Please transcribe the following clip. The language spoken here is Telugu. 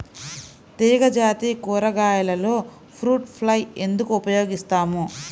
తీగజాతి కూరగాయలలో ఫ్రూట్ ఫ్లై ఎందుకు ఉపయోగిస్తాము?